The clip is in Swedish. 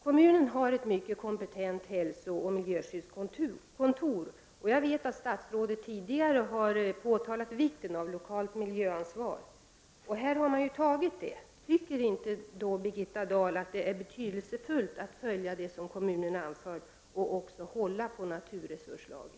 Kommunen har ett mycket kompetent hälsooch miljöskyddskontor. Jag vet att statsrådet tidigare har påtalat vikten av lokalt miljöansvar. Här har man tagit det ansvaret. Tycker inte Birgitta Dahl att det då är betydelsefullt att följa det som kommunen har anfört och också hålla på naturresurslagen?